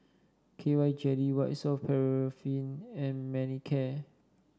K Y Jelly White Soft Paraffin and Manicare